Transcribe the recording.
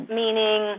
meaning